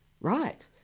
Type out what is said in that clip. right